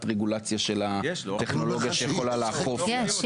רגולציה של טכנולוגיה שיכולה לאכוף את זה?